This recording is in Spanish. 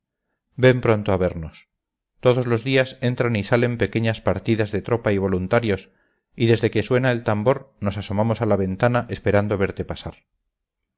ven pronto a vernos todos los días entran y salen pequeñas partidas de tropa y voluntarios y desde que suena el tambor nos asomamos a la ventana esperando verte pasar